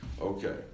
Okay